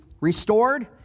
restored